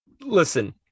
listen